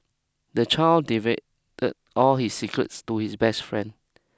the child divulged all his secrets to his best friend